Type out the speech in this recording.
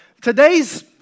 today's